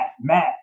Matt